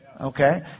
Okay